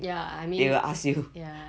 ya I mean ya